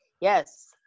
Yes